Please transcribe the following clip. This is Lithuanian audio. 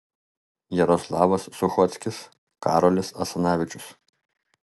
jaroslavas suchockis karolis asanavičius